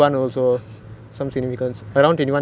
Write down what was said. that that dream was the day after you went to the